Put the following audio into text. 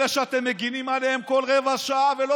אלה שאתם מגינים עליהם כל רבע שעה ולא